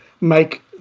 make –